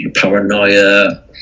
paranoia